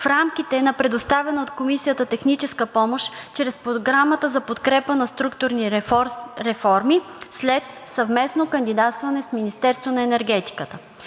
в рамките на предоставена от Комисията техническа помощ чрез Програмата за подкрепа на структурни реформи след съвместно кандидатстване с Министерството на енергетиката.